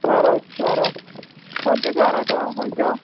सोरो सोरो खंयचो सोरो तो खंयचो